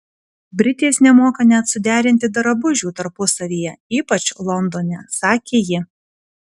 britės nemoka net suderinti drabužių tarpusavyje ypač londone sakė ji